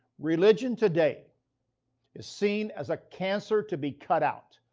religion today is seen as a cancer to be cut out,